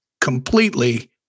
completely